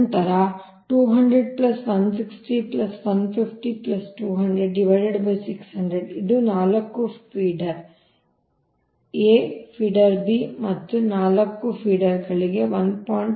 ನಂತರ 200 160 150 200 600 ಇದು ನಾಲ್ಕು ಫೀಡರ್ A ಫೀಡರ್ B ಮತ್ತು 4 ಫೀಡರ್ ಗಳಿಗೆ 1